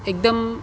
એકદમ